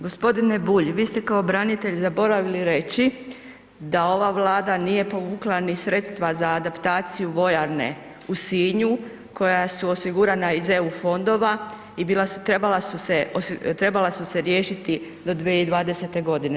Gospodine Bulj vi ste kao branitelj zaboravili reći da ova Vlada nije povukla ni sredstva za adaptaciju vojarne u Sinju koja su osigurana iz EU fondova i bila su, trebala su se riješiti do 2020. godine.